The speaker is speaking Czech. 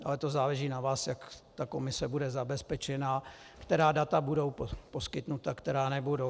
Ale to záleží na vás, jak bude komise zabezpečena, která data budou poskytnuta, která nebudou.